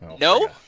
No